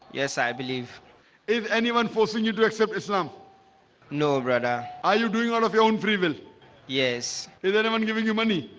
yes, i believe if anyone forcing you to accept islam no, brother. are you doing all of your own free will yes. is anyone giving you money?